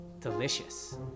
delicious